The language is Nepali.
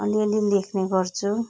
अलिअलि लेख्ने गर्छु